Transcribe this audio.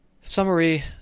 summary